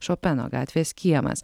šopeno gatvės kiemas